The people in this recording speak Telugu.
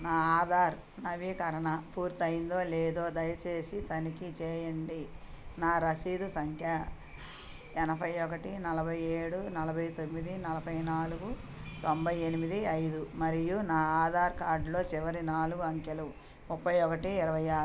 నా ఆధార్ నవీకరణ పూర్తయిందో లేదో దయచేసి తనిఖీ చేయండి నా రసీదు సంఖ్య ఎనభై ఒకటి నలభై ఏడు నలభై తొమ్మిది నలభై నాలుగు తొంభై ఎనిమిది ఐదు మరియు నా ఆధార్ కార్డులో చివరి నాలుగు అంకెలు ముప్పై ఒకటి ఇరవై ఆరు